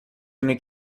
اینه